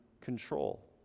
control